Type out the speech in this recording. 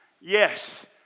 Yes